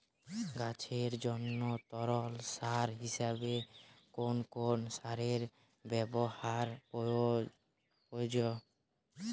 গাছের জন্য তরল সার হিসেবে কোন কোন সারের ব্যাবহার প্রযোজ্য?